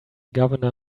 governor